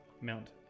Mount